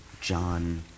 John